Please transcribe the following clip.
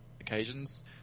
occasions